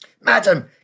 Madam